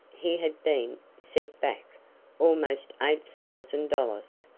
he had been set back almost eight thousand dollars.